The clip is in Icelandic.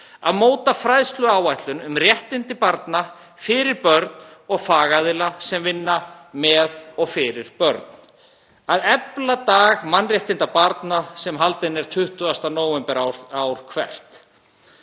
að móta fræðsluáætlun um réttindi barna fyrir börn og fagaðila sem vinna með og fyrir börn, að efla dag mannréttindi barna sem haldin er 20. nóvember ár hvert.